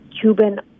Cuban